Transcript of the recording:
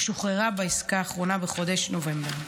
ושוחררה בעסקה האחרונה בחודש נובמבר.